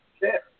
chair